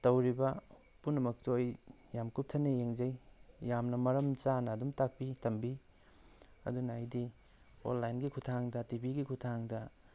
ꯇꯧꯔꯤꯕ ꯄꯨꯝꯅꯃꯛꯇꯨ ꯑꯩ ꯌꯥꯝ ꯀꯨꯞꯊꯅ ꯌꯦꯡꯖꯩ ꯌꯥꯝꯅ ꯃꯔꯝ ꯆꯥꯅ ꯑꯗꯨꯝ ꯇꯥꯛꯄꯤ ꯇꯝꯕꯤ ꯑꯗꯨꯅ ꯑꯩꯗꯤ ꯑꯣꯟꯂꯥꯏꯟꯒꯤ ꯈꯨꯠꯊꯥꯡꯗ ꯇꯤ ꯚꯤꯒꯤ ꯈꯨꯠꯊꯥꯡꯗ